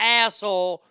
asshole